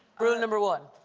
rule number one.